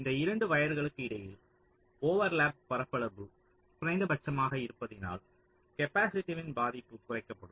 இந்த 2 வயர்களுக்கு இடையில் ஓவர்லேப் பரப்பளவு குறைந்தபட்சமாக இருப்பதினால் கேப்பாசிட்டிவ்வின் பாதிப்பு குறைக்கப்படும்